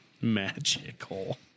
Magical